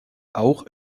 auch